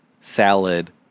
salad